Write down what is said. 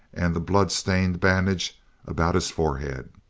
and the blood-stained bandage about his forehead.